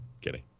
kidding